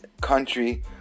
country